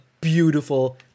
beautiful